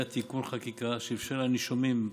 היה תיקון חקיקה שאפשר לנישומים,